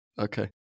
okay